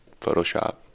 Photoshop